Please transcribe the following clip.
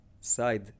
side